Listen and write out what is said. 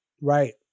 Right